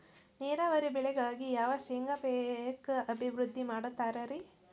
ನೇರಾವರಿ ಬೆಳೆಗಾಗಿ ಯಾವ ಶೇಂಗಾ ಪೇಕ್ ಅಭಿವೃದ್ಧಿ ಮಾಡತಾರ ರಿ?